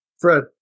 Fred